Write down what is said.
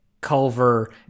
Culver